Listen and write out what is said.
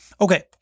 okay